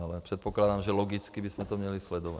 Ale předpokládám, že logicky bychom to měli sledovat.